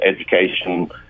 education